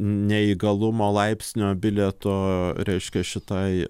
neįgalumo laipsnio bilieto reiškia šitai